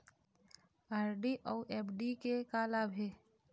RD अऊ FD के का लाभ हे?